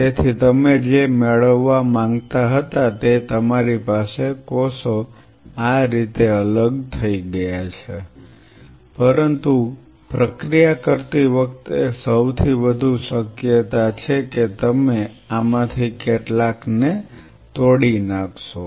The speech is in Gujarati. તેથી તમે જે મેળવવા માંગતા હતા તે તમારી પાસે કોષો આ રીતે અલગ થઈ ગયા છે પરંતુ પ્રક્રિયા કરતી વખતે સૌથી વધુ શક્યતા છે કે તમે આમાંથી કેટલાકને તોડી નાખશો